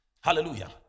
Hallelujah